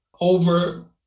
over